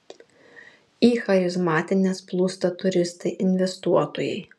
į charizmatines plūsta turistai investuotojai